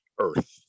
earth